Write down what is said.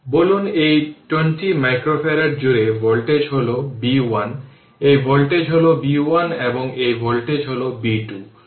বলুন এই 20 micro farad জুড়ে ভোল্টেজ হল b 1 এই ভোল্টেজ হল b 1 এবং এই ভোল্টেজ হল b 2